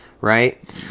Right